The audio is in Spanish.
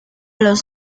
los